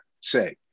say